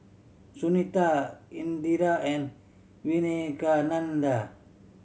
Sunita Indira and